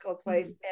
place